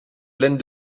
pleine